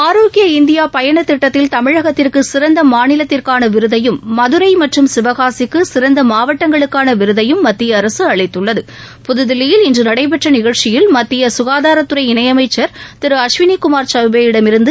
ஆரோக்கிய இந்தியாபயணதிட்டத்தில் தமிழகத்திற்குசிறந்தமாநிலத்திற்கானவிருதையும் மதுரைமற்றும் சிவகாசிக்குசிறந்தமாவட்டங்களுக்கானவிருதையும் மத்தியஅரசுஅளித்துள்ளது புதுதில்லியில் இன்றுநடைபெற்றநிகழ்ச்சியில் மத்தியசுகாதாரத்துறை இணையமைச்சர் திரு அஸ்வினிகுமார் சௌபேயிடமிருந்து